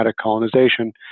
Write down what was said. colonization